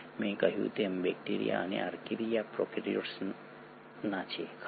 મેં કહ્યું તેમ બેક્ટેરિયા અને આર્કિયા પ્રોકેરિઓટ્સના છે ખરું ને